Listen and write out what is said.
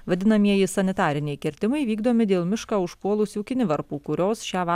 vadinamieji sanitariniai kirtimai vykdomi dėl miško užpuolusių kinivarpų kurios šią va